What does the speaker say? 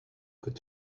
could